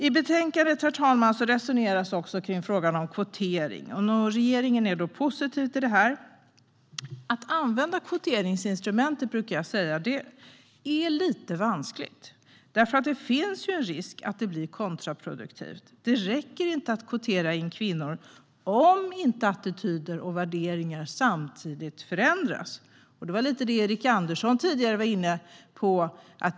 I betänkandet, herr talman, resoneras det också kring frågan om kvotering. Regeringen är positiv till detta. Men att använda kvoteringsinstrumentet, brukar jag säga, är lite vanskligt. Det finns ju en risk att det blir kontraproduktivt. Det räcker inte att kvotera in kvinnor om inte attityder och värderingar samtidigt förändras. Det var lite det Erik Andersson var inne på tidigare.